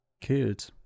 killed